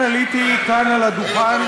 במהפכה האמיתית שקורית בשנים האחרונות במדינת ישראל,